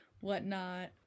whatnot